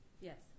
yes